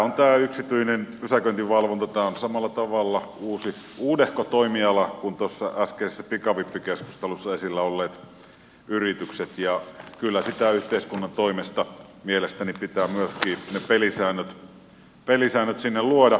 tämä yksityinen pysäköinninvalvonta on samalla tavalla uudehko toimiala kuin tuossa äskeisessä pikavippikeskustelussa esillä olleet yritykset ja kyllä yhteiskunnan toimesta mielestäni pitää myöskin ne pelisäännöt sinne luoda